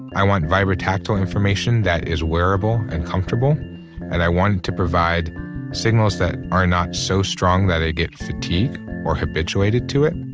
i want vibrotactile information that is wearable and comfortable and i want it to provide signals that are not so strong that i get fatigued or habituated to it,